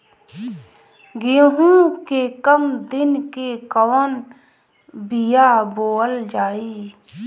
गेहूं के कम दिन के कवन बीआ बोअल जाई?